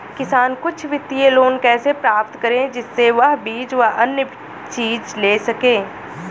किसान कुछ वित्तीय लोन कैसे प्राप्त करें जिससे वह बीज व अन्य चीज ले सके?